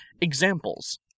Examples